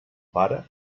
pare